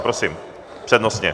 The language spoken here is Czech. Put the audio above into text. Prosím, přednostně.